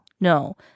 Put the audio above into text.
No